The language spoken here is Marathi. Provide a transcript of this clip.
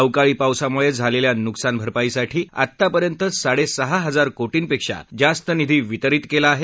अवकाळी पावसामुळे झालेल्या नुकसान भरपाईसाठी आतापर्यंत साडेसहा हजार कोटींपेक्षा जास्त निधी वितरित केला आहे